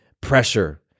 pressure